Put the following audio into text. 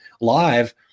live